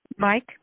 Mike